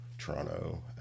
Toronto